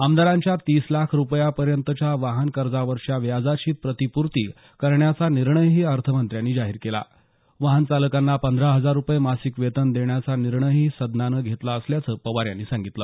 आमदारांच्या तीस लाख रुपयांपर्यंतच्या वाहन कर्जावरच्या व्याजाची प्रतिपूर्ती करण्याचा निर्णयही अर्थमंत्र्यांनी जाहीर केला वाहनचालकांना पंधरा हजार रुपये मासिक वेतन देण्याचा निर्णयही सदनानं घेतला असल्याचं पवार यांनी सांगितलं